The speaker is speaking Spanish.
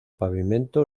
pavimento